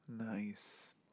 Nice